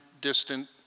distant